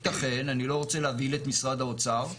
אני לא רוצה להבהיל את משרד האוצר,